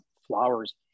flowers